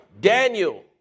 Daniel